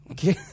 Okay